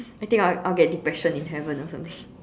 I think I will I will get depression in heaven or something